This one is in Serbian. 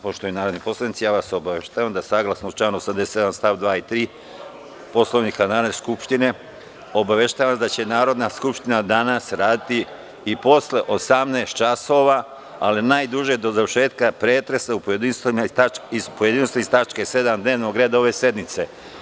Poštovani narodni poslanici, obaveštavam vas da saglasno članu 87. st. 2. i 3. Poslovnika Narodne skupštine, da će Narodna skupština danas raditi i posle 18.00 časova, ali najduže do završetka pretresa u pojedinostima tačke 7. dnevnog reda ove sednice.